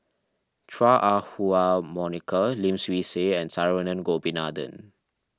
Chua Ah Huwa Monica Lim Swee Say and Saravanan Gopinathan